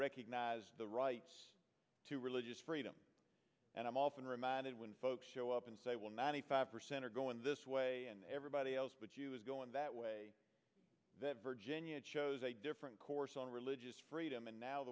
recognize the right to religious freedom and i'm often reminded when folks show up and say well ninety five percent are going this way and everybody else but you is going that way virginia chose a different course on religious freedom and now